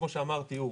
כמו שאמרתי הוא,